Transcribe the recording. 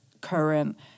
current